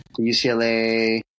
UCLA